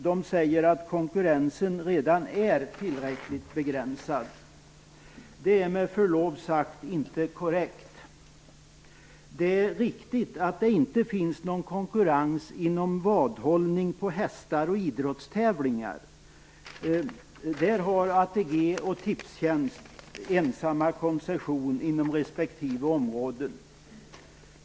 De säger att konkurrensen redan är tillräckligt begränsad. Det är, med förlov sagt, inte korrekt. Det är riktigt att det inte finns någon konkurrens i fråga om vadhållning på hästar och idrottstävlingar. Där har ATG och Tipstjänst ensamma koncession inom respektive område.